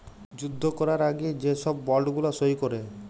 যুদ্ধ ক্যরার আগে যে ছব বল্ড গুলা সই ক্যরে